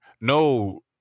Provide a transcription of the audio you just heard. No